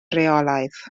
rheolaidd